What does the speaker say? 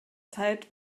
zeit